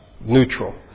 neutral